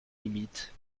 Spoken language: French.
limites